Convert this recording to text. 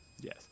Yes